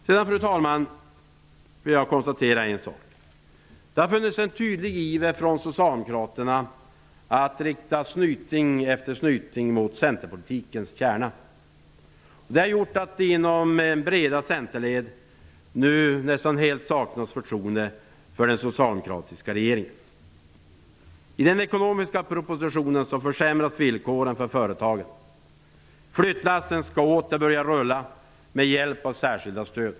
Sedan vill jag, fru talman, konstatera en sak: Det har funnits en tydlig iver från Socialdemokraterna att rikta snyting efter snyting mot centerpolitikens kärna. Det har gjort att det inom breda centerled nu nästan helt saknas förtroende för den socialdemokratiska regeringen. Med den ekonomiska propositionen försämras villkoren för företagen. Flyttlassen skall åter börja rulla med hjälp av särskilda stöd.